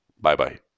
Bye-bye